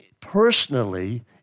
personally